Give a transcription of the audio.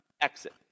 exit